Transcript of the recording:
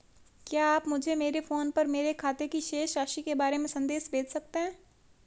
क्या आप मुझे मेरे फ़ोन पर मेरे खाते की शेष राशि के बारे में संदेश भेज सकते हैं?